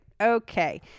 Okay